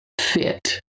fit